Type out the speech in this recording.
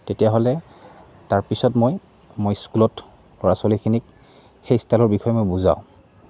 তেতিয়াহ'লে তাৰপিছত মই মই স্কুলত ল'ৰা ছোৱালীখিনিক সেই ষ্টাইলৰ বিষয়ে মই বুজাওঁ